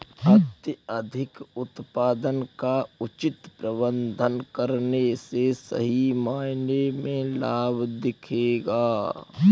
अत्यधिक उत्पादन का उचित प्रबंधन करने से सही मायने में लाभ दिखेगा